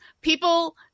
people